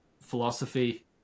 philosophy